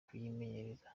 kubiyegereza